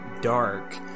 dark